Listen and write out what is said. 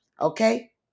Okay